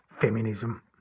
feminism